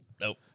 Nope